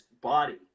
body